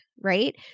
right